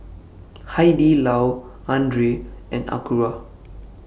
Hai Di Lao Andre and Acura